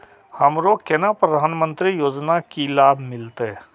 हमरो केना प्रधानमंत्री योजना की लाभ मिलते?